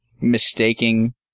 mistaking